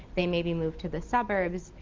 they maybe move to the suburbs,